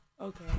Okay